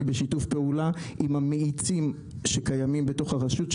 בשיתוף פעולה עם המאיצים שקיימים בתוך הרשות,